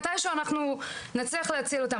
מתישהו נצליח להציל אותם.